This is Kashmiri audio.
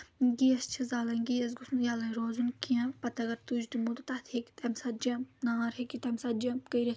گیس چھِ زالٕنۍ گیس گوٚژھ نہٕ یَلے روزُن کینٛہہ پَتہٕ اگر تُج دِمو تہٕ تَتھ ہیٚکہِ تَمہِ ساتہٕ جمپ نار ہیٚکہِ تَمہِ ساتہٕ جمپ کٔرِتھ